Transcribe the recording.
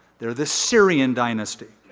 they're the syrian dynasty.